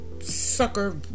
sucker